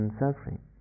suffering